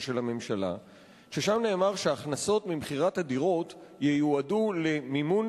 שם נאמר שהכנסות ממכירת הדירות ייועדו למימון